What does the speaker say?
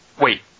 wait